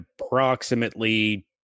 approximately